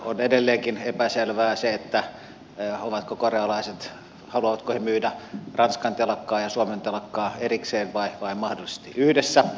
on edelleenkin epäselvää se haluavatko korealaiset myydä ranskan telakkaa ja suomen telakkaa erikseen vai mahdollisesti yhdessä